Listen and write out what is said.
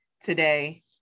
today